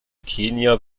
kenia